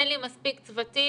אין לי מספיק צוותים,